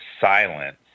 silence